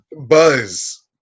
Buzz